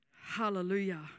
Hallelujah